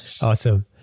Awesome